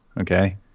okay